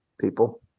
people